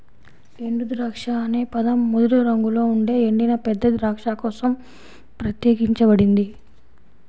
ఎండుద్రాక్ష అనే పదం ముదురు రంగులో ఉండే ఎండిన పెద్ద ద్రాక్ష కోసం ప్రత్యేకించబడింది